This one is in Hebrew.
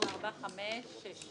הצבעה בעד הרביזיה על סעיף 11, 6 נגד,